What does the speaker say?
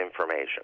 information